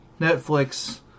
Netflix